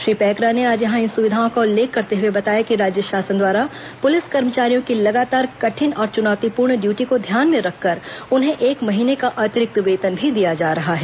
श्री पैकरा ने आज यहां इन सुविधाओं का उल्लेख करते हुए बताया कि राज्य शासन द्वारा पुलिस कर्मचारियों की लगातार कठिन और चुनौतीपूर्ण ड्यूटी को ध्यान में रखकर उन्हें एक महीने का अतिरिक्त वेतन भी दिया जा रहा है